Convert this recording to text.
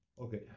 Okay